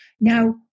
Now